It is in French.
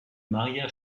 maria